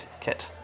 kit